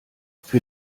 für